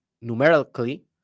numerically